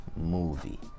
movie